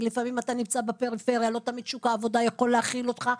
לפעמים אתה נמצא בפריפריה ולא תמיד שוק העבודה יכול להכיל אותך.